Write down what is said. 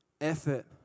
Effort